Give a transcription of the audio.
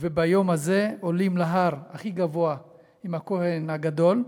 וביום הזה עולים להר הכי גבוה עם הכוהן הגדול.